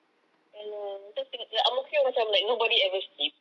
ya lah cause in ang mo kio like macam nobody ever sleeps